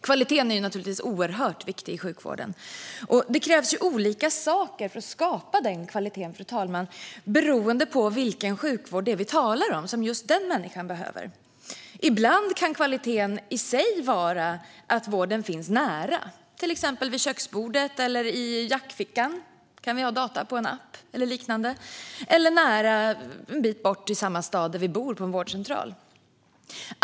Kvaliteten är naturligtvis oerhört viktig i sjukvården, och det krävs olika saker för att skapa denna kvalitet, fru talman, beroende på vilken sjukvård det är vi talar om som just den människan behöver. Ibland kan kvaliteten i sig vara att vården finns nära, till exempel vid köksbordet eller i jackfickan, som data i en app eller liknande, eller en bit bort på en vårdcentral i den stad där vi bor.